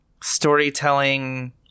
storytelling